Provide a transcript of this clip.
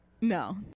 No